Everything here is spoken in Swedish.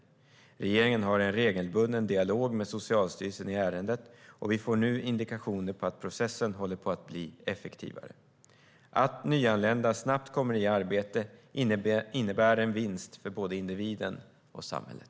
Regeringen har en regelbunden dialog med Socialstyrelsen i ärendet, och vi får nu indikationer på att processen håller på att bli effektivare. Att nyanlända snabbt kommer i arbete innebär en vinst för både individen och samhället.